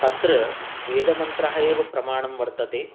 तत्र वेदमन्त्रः एव प्रमाणं वर्तते